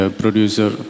producer